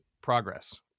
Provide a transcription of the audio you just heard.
progress